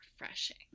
refreshing